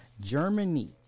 Germany